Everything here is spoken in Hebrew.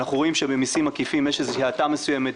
אנחנו רואים שבמסים עקיפים יש איזושהי האטה מסוימת,